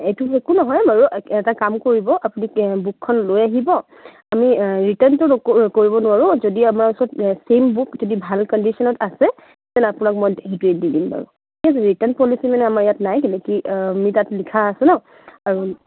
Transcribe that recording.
এইটোত একো নহয় বাৰু এটা কাম কৰিব আপুনি কে বুকখন লৈ আহিব আমি ৰিটাৰ্ণটো নকৰোঁ কৰিব নোৱাৰোঁ যদি আমাৰ ওচৰত চেম বুক যদি ভাল কণ্ডিচনত আছে দেন আপোনাক মই সেইটোৱেই দি দিম বাৰু ৰিটাৰ্ণ পলিচি মানে আমাৰ ইয়াত নাই কি আমি তাত লিখা আছে ন আৰু